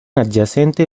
adyacente